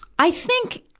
i think,